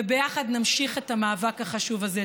וביחד נמשיך את המאבק החשוב הזה.